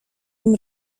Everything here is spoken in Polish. nim